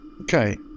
okay